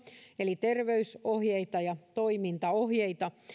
eli terveysohjeita ja toimintaohjeita